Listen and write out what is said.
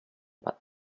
but